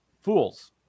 fools